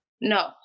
no